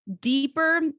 deeper